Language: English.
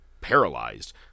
paralyzed